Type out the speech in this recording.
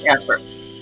efforts